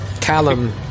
Callum